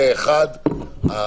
הרוב נגד,